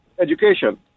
education